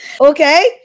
Okay